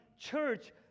church